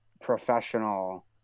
professional